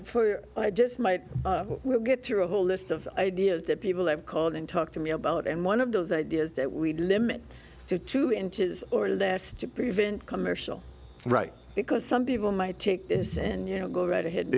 cut i just might get through a whole list of ideas that people have called and talk to me about and one of those ideas that we do limit to two inches or less to prevent commercial right because some people might take this and you know go right ahead